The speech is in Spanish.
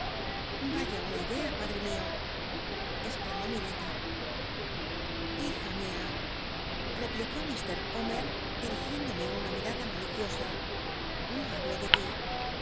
vaya una idea padre mio exclamó mi neta bija mia replicó vjr omer dil'igiéndomc una mirada maliciosa no hablo de ti